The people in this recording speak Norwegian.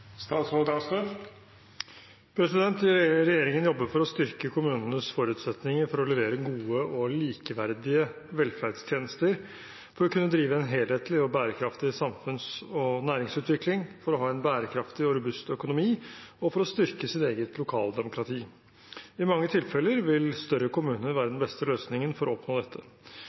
Regjeringen jobber for å styrke kommunenes forutsetninger for å levere gode og likeverdige velferdstjenester, for å kunne drive en helhetlig og bærekraftig samfunns- og næringsutvikling, for å ha en bærekraftig og robust økonomi og for å styrke sitt eget lokaldemokrati. I mange tilfeller vil større kommuner være den beste løsningen for å oppnå dette,